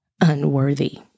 unworthy